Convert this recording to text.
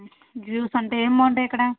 juice అంటే ఏం బాగుంటాయి ఇక్కడ